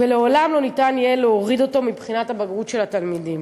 ולעולם לא יהיה אפשר להוריד אותו מבחינת הבגרות של התלמידים.